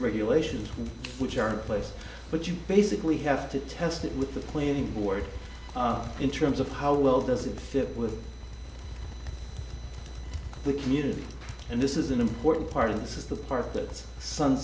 regulations which are a place but you basically have to test it with the planning board in terms of how well does it fit with the community and this is an important part of this is the part that's sun